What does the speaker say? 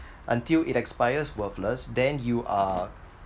until it expires worthless then you are